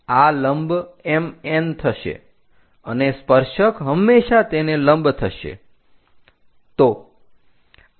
આ લંબ MN હશે અને સ્પર્શક હમેશા તેને લંબ થશે